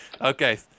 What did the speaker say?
Okay